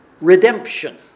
redemption